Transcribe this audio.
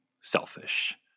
selfish